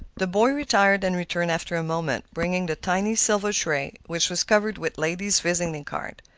the boy retired and returned after a moment, bringing the tiny silver tray, which was covered with ladies' visiting cards.